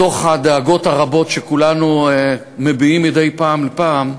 בתוך הדאגות הרבות שכולנו מביעים מדי פעם בפעם,